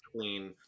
clean